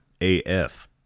AF